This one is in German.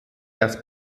das